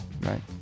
Right